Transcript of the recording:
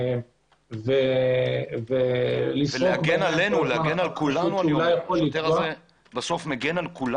-- השוטר הזה מגן על כולם